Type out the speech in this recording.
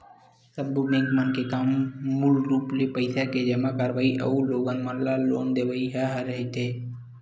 सब्बो बेंक मन के काम मूल रुप ले पइसा के जमा करवई अउ लोगन मन ल लोन देवई ह ही रहिथे